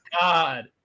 god